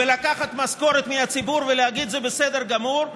לקחת משכורת מהציבור ולהגיד שזה בסדר גמור,